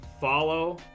follow